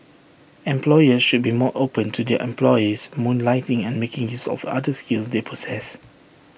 employers should be more open to their employees moonlighting and making use of other skills they possess